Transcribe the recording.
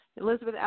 Elizabeth